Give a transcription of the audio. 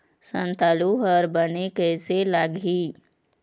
संतालु हर बने कैसे लागिही?